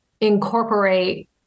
incorporate